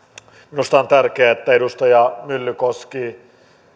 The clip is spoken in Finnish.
minusta on tärkeää että edustaja myllykoski